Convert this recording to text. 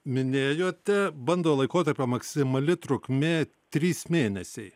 minėjote bandomojo laikotarpio maksimali trukmė trys mėnesiai